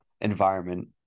environment